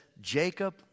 Jacob